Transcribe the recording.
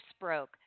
broke